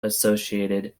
associated